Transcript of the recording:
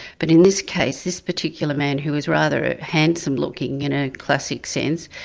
but in this case, this particular man who was rather handsome-looking in a classic sense,